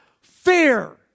fair